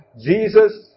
Jesus